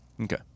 Okay